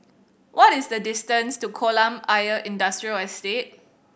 what is the distance to Kolam Ayer Industrial Estate